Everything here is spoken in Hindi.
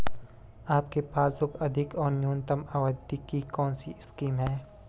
आपके पासबुक अधिक और न्यूनतम अवधि की कौनसी स्कीम है?